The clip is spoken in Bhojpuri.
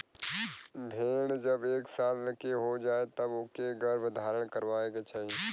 भेड़ जब एक साल के हो जाए तब ओके गर्भधारण करवाए के चाही